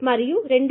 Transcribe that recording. మరియు మనకు ఈ 2